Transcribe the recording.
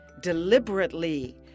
deliberately